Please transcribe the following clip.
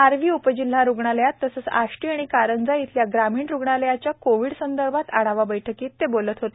आर्वी उपजिल्हा रुग्णालय तसेच आष्टी व कारंजा येथील ग्रामीण रुग्णालयाचा कोविड संदर्भात आढावा घेताना ते बोलत होते